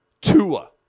Tua